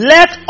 Let